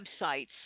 websites